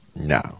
No